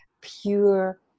pure